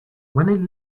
when